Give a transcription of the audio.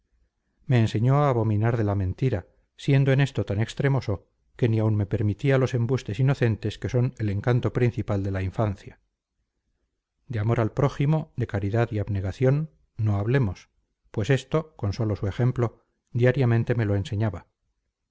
me enseñó a abominar de la mentira siendo en esto tan extremoso que ni aun me permitía los embustes inocentes que son el encanto principal de la infancia de amor al prójimo de caridad y abnegación no hablemos pues esto con sólo su ejemplo diariamente me lo enseñaba